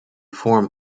form